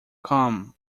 come